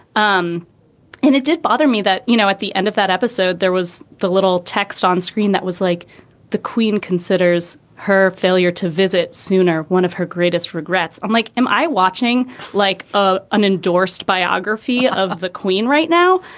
um and it did bother me that, you know, at the end of that episode, there was the little text on screen that was like the queen considers her failure to visit sooner. one of her greatest regrets, i'm like, am i watching like a unendorsed biography of the queen right now?